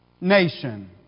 nation